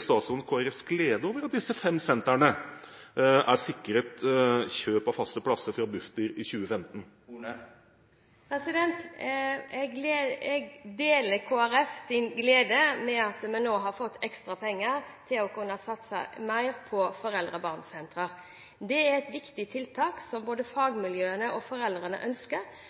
statsråden Kristelig Folkepartis glede over at disse fem sentrene er sikret kjøp av faste plasser fra Bufdir i 2015? Jeg deler Kristelig Folkepartis glede over at vi nå har fått ekstra penger til å kunne satse mer på foreldre og barn-sentre. Det er et viktig tiltak som både fagmiljøene og foreldrene ønsker